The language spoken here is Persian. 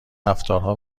رفتارها